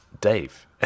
Dave